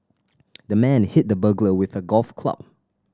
the man hit the burglar with a golf club